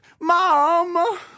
Mom